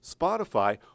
Spotify